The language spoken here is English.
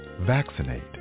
Vaccinate